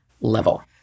level